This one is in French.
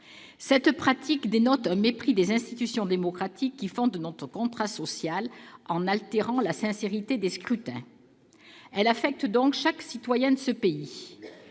Cette pratique dénote un mépris des institutions démocratiques qui fondent notre contrat social et altère la sincérité des scrutins. Elle affecte donc chaque citoyen de ce pays.